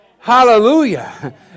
hallelujah